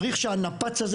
צריך שהנפץ הזה,